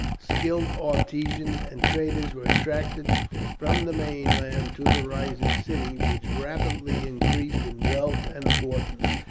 skilled artisans, and traders were attracted from the mainland to the rising city, which rapidly increased in wealth and importance.